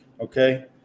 okay